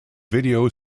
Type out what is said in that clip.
video